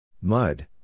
Mud